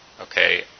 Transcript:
okay